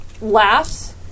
laughs